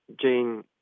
Jane